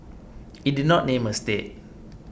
it did not name a state